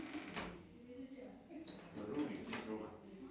awareness awareness for entertainment